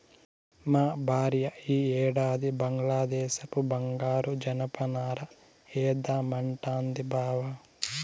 మా భార్య ఈ ఏడాది బంగ్లాదేశపు బంగారు జనపనార ఏద్దామంటాంది బావ